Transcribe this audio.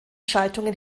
schaltungen